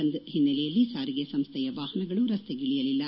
ಬಂದ್ ಹಿನ್ನೆಲೆಯಲ್ಲಿ ಸಾರಿಗೆ ಸಂಸ್ಥೆಯ ವಾಹನಗಳು ರಸ್ತೆಗಿಳಿಯಲಿಲ್ಲ